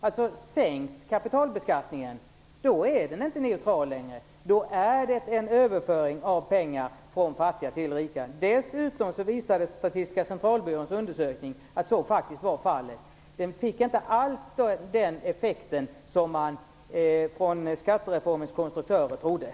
Om man sänker kapitalbeskattningen är den inte längre neutral. Då är det en överföring från fattiga till rika. Dessutom visar Statistiska centralbyråns undersökning att så faktiskt var fallet. Skattereformen fick inte alls den effekt som man från skattereformens konstruktörer trott.